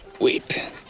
Wait